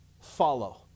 follow